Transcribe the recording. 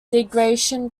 degradation